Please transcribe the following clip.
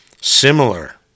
similar